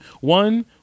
One